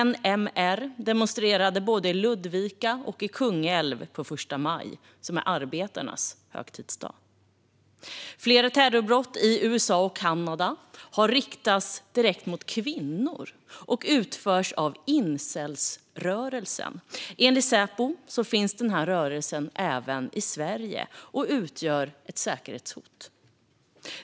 NMR demonstrerade både i Ludvika och i Kungälv på första maj, som är arbetarnas högtidsdag. Flera terrordåd i USA och Kanada har riktats direkt mot kvinnor och utförts av incelrörelsen. Enligt Säpo finns denna rörelse även i Sverige och utgör ett säkerhetshot.